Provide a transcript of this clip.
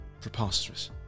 preposterous